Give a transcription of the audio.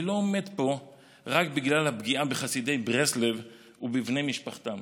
אני לא עומד פה רק בגלל הפגיעה בחסידי ברסלב ובבני משפחתם,